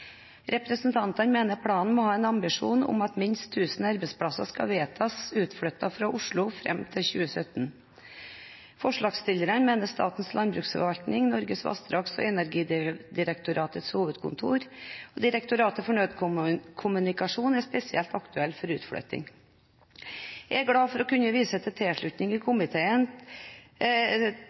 Representantene mener planen må ha en ambisjon om at minst 1 000 arbeidsplasser skal vedtas flyttet ut av Oslo innen 2017. Forslagsstillerne mener Statens landbruksforvaltning, Norges vassdrags- og energidirektorats hovedkontor og Direktoratet for nødkommunikasjon er spesielt aktuelle for utflytting. Jeg er glad for å kunne vise til komiteens tilslutning